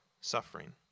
suffering